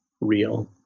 real